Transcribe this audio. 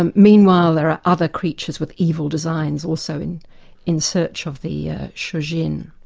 um meanwhile there are other creatures with evil designs also in in search of the shojin.